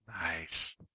Nice